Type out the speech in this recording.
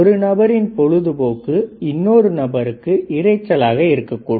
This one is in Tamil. ஒரு நபரின் பொழுதுபோக்கு இன்னொரு நபருக்கு இரைச்சலாக இருக்கக்கூடும்